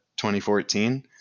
2014